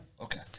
Okay